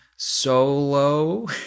Solo